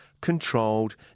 Controlled